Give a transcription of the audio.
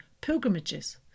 pilgrimages